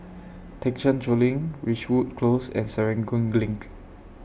Thekchen Choling Ridgewood Close and Serangoon LINK